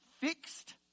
fixed